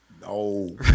No